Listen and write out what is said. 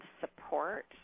support